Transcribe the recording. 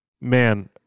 man